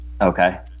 Okay